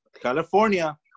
California